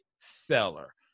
seller